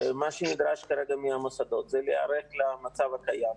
ומה שנדרש כרגע מהמוסדות זה להיערך למצב הקיים.